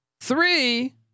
Three